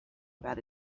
about